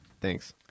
Thanks